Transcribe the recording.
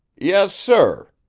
yes, sir,